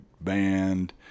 band